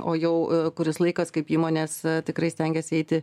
o jau kuris laikas kaip įmonės tikrai stengiasi eiti